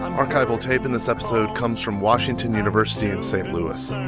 um archival tape in this episode comes from washington university in st. louis.